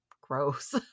gross